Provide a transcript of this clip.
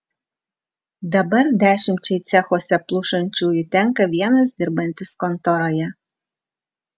dabar dešimčiai cechuose plušančiųjų tenka vienas dirbantis kontoroje